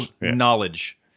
knowledge